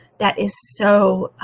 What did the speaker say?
that is so